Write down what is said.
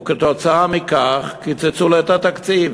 וכתוצאה מכך קיצצו לו את התקציב,